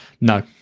No